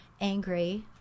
angry